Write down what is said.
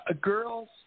girls